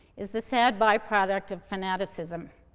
is the sad byproduct of fanaticism.